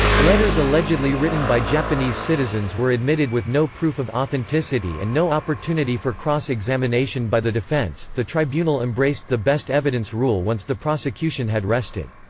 letters allegedly written by japanese citizens were admitted with no proof of authenticity and no opportunity for cross examination by the defense the tribunal embraced the best evidence rule once the prosecution had rested.